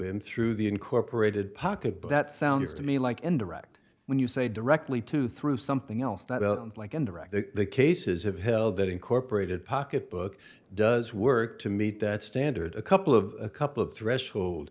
him through the incorporated pocket but that sounds to me like indirect when you say directly to through something else like indirect cases have held that incorporated pocketbook does work to meet that standard a couple of a couple of threshold